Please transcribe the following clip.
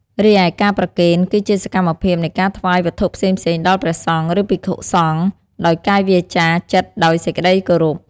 រីឯ ការប្រគេន គឺជាសកម្មភាពនៃការថ្វាយវត្ថុផ្សេងៗដល់ព្រះសង្ឃ ឬភិក្ខុសង្ឃ ដោយកាយវាចាចិត្តដោយសេចក្តីគោរព។